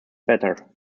better